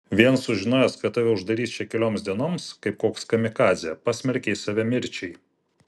vien sužinojęs kad tave uždarys čia kelioms dienoms kaip koks kamikadzė pasmerkei save mirčiai